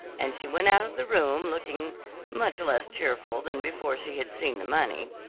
and she went out of the room looking much less cheerful than before she had seen the money.